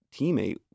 teammate